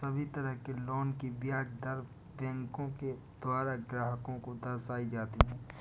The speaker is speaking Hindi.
सभी तरह के लोन की ब्याज दर बैंकों के द्वारा ग्राहक को दर्शाई जाती हैं